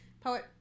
poet